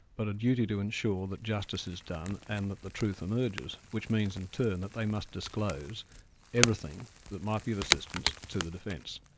but a duty to ensure that justice is done, and that the truth emerges, which means in turn that they must disclose everything that might be of assistance to the defence.